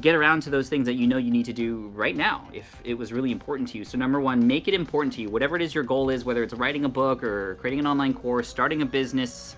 get around to those things you know you need to do right now if it was really important to you. so number one, make it important to you. whatever it is your goal is, whether it's writing a book or creating an online course, starting a business,